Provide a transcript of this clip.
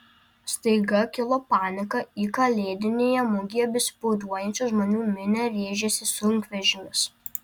staiga kilo panika į kalėdinėje mugėje besibūriuojančių žmonių minią rėžėsi sunkvežimis